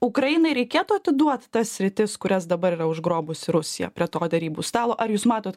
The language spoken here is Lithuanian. ukrainai reikėtų atiduot tas sritis kurias dabar yra užgrobusi rusija prie to derybų stalo ar jūs matot